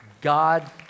God